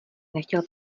nechtěl